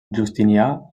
justinià